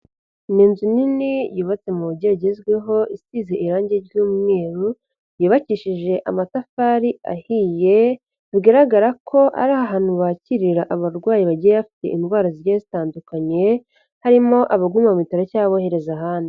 Ni inzu nini yubatse mu buryo bugezweho isize irangi ry'umweru yubakishije amatafari ahiye, bigaragara ko ari ahantu bakirira abarwayi bagiye bafite indwara zigiye zitandukanye, harimo abaguma bitaro cyangwa aboherezwa ahandi.